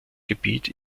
gebiet